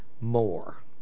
more